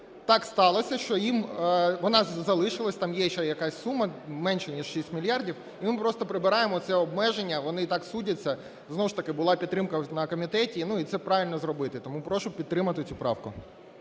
Так сталося, що вона залишилась, там є ще якась сума – менша ніж 6 мільярдів, і ми просто прибираємо це обмеження, вони і так судяться. Знову ж таки була підтримка на комітеті, ну, і це правильно зробити. Тому прошу підтримати цю правку.